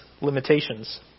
limitations